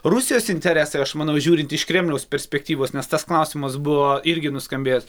rusijos interesai aš manau žiūrint iš kremliaus perspektyvos nes tas klausimas buvo irgi nuskambėjęs